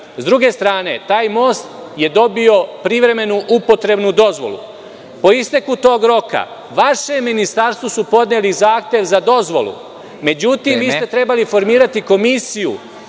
S druge strane, taj most je dobio privremenu upotrebnu dozvolu. Po isteku tog roka, vašem ministarstvu su podneli zahtev za dozvolu.(Predsednik: Vreme.)Međutim, vi ste trebali formirati komisiju,